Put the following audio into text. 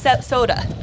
soda